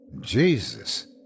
Jesus